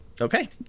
Okay